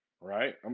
right